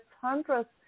hundreds